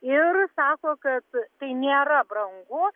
ir sako kad tai nėra brangu